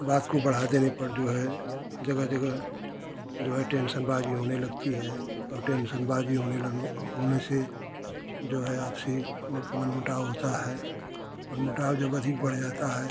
बात को बढ़ा देने पर जो है जगह जगह जो है टेंशनबाजी होने लगती है और टेंशनबाजी होने लगने होने से जो है आपसी मनमुटाव होता है मनमुटाव जब अधिक बढ़ जाता है